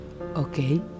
Okay